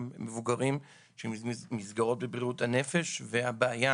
מבוגרים שבמסגרות בריאות הנפש והבעיה